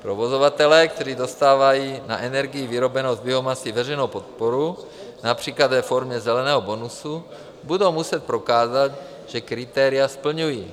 Provozovatelé, kteří dostávají na energii vyrobenou z biomasy veřejnou podporu například ve formě zeleného bonusu, budou muset prokázat, že kritéria splňují.